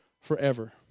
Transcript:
forever